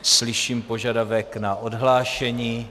Slyším požadavek na odhlášení.